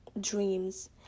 dreams